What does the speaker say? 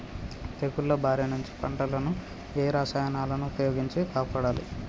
తెగుళ్ల బారి నుంచి పంటలను ఏ రసాయనాలను ఉపయోగించి కాపాడాలి?